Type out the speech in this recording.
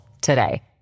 today